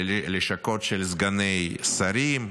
ללשכות של סגני שרים,